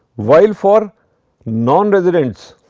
while for non residents,